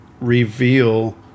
reveal